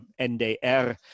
NDR